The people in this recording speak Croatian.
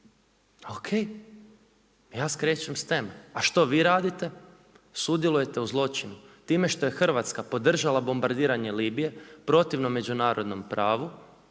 Ok. Ja skrećem s teme, a što vi radite? Sudjelujete u zločinu, time što je Hrvatska podržala bombardiranje Libije protivno međunarodnom pravu,